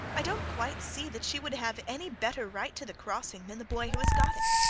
i don't quite see that she would have any better right to the crossing than the boy who has got it.